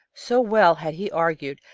so well had he argued,